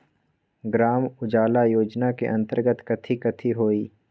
ग्राम उजाला योजना के अंतर्गत कथी कथी होई?